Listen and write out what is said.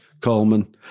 Coleman